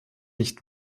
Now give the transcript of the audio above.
nicht